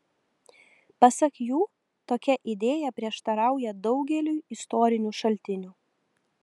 pasak jų tokia idėja prieštarauja daugeliui istorinių šaltinių